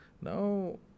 Now